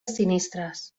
sinistres